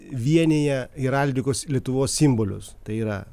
vienija heraldikos lietuvos simbolius tai yra